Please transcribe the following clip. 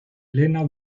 elena